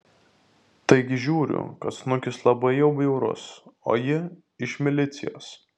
taigi žiūriu kad snukis labai jau bjaurus o ji iš milicijos